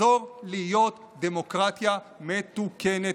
תחזור להיות דמוקרטיה מתוקנת.